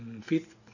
fifth